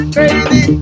Crazy